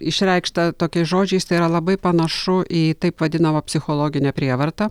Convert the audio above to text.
išreikšta tokiais žodžiais tai yra labai panašu į taip vadinamą psichologinę prievartą